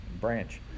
branch